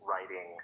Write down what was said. writing